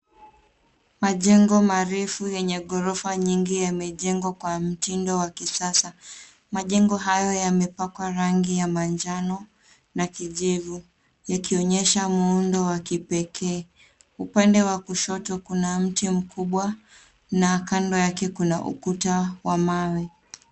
Majengo marefu yenye ghorofa nyingi yamejengwa kwa mtindo wa kisasa. Majengo haya yamepakwa rangi ya manjano na kijivu yakionyesha muundo wa kipekee. Upande wa kushoto kuna mti mkubwa na kando yake kuna ukuta wa mawe.